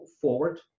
forward